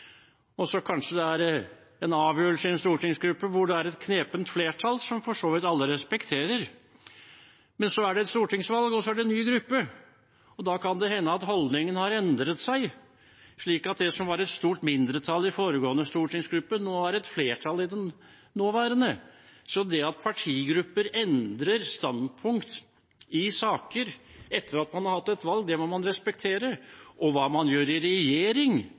er det kanskje et knepent flertall i en avgjørelse i en stortingsgruppe, som for så vidt alle respekterer. Men så er det stortingsvalg, og da er det en ny gruppe. Da kan det hende at holdningen har endret seg, slik at det som var et stort mindretall i foregående stortingsgruppe, nå er et flertall i den nåværende. Det at partigrupper endrer standpunkt i saker etter at man har hatt et valg, må man respektere, og med tanke på hva man gjør i regjering,